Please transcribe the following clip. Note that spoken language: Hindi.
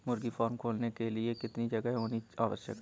मुर्गी फार्म खोलने के लिए कितनी जगह होनी आवश्यक है?